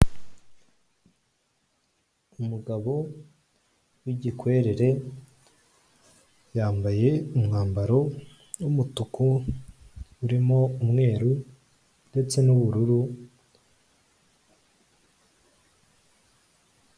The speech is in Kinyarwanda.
Umugabo w'igikwerere yambaye umwambaro w'umutuku urimo umweru ndetse n'ubururu.